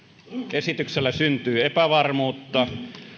esityksellä syntyy epävarmuutta